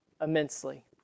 immensely